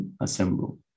assemble